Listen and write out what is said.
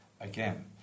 again